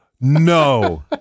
no